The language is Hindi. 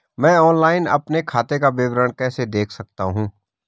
मैं ऑनलाइन अपने खाते का विवरण कैसे देख सकता हूँ?